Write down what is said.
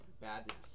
Badness